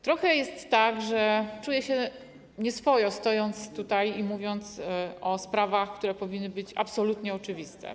Trochę jest tak, że czuję się nieswojo, stojąc tutaj i mówiąc o sprawach, które powinny być absolutnie oczywiste.